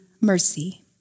mercy